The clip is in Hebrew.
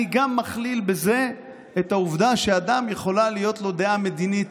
אני גם מכליל בזה את העובדה שלאדם יכולה להיות דעה מדינית